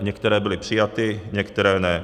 Některé byly přijaty, některé ne.